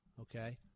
okay